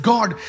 God